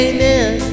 Amen